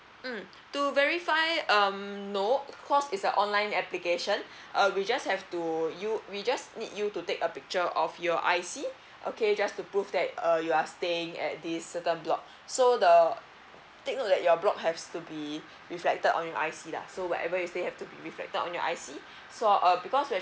mm to verify um no cause is a online application uh we just have to you we just need you to take a picture of your I_C okay just to prove that uh you are staying at this certain block so the take note that your block have still be reflected on your I_C lah so whatever you say have to be reflected on your I_C so uh because that